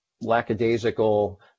lackadaisical